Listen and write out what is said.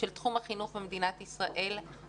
של תחום החינוך במדינת ישראל,